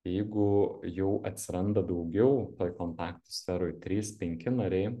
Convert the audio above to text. jeigu jau atsiranda daugiau toj kontaktų sferoj trys penki nariai